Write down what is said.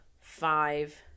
five